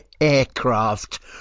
aircraft